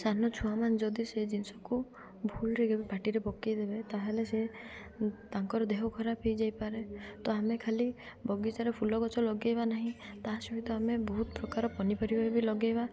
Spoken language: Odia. ସାନ ଛୁଆମାନେ ଯଦି ସେ ଜିନିଷକୁ ଭୁଲ୍ରେ କେବେ ପାଟିରେ ପକେଇଦେବେ ତାହେଲେ ସେ ତାଙ୍କର ଦେହ ଖରାପ୍ ହେଇଯାଇପାରେ ତ ଆମେ ଖାଲି ବଗିଚାରେ ଫୁଲ ଗଛ ଲଗେଇବା ନାହିଁ ତା ସହିତ ଆମେ ବହୁତ ପ୍ରକାର ପନିପରିବା ବି ଲଗେଇବା